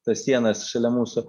tas sienas šalia mūsų